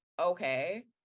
okay